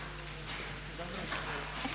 Hvala vama.